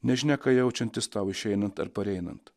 nežinia ką jaučiantis tau išeinant ar pareinant